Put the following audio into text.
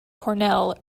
cornell